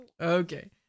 Okay